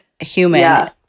human